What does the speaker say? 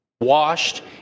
washed